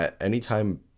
anytime